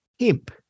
hemp